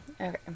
Okay